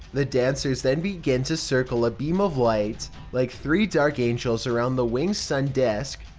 the dancers then begin to circle a beam of light, like three dark angels around the winged sun disk,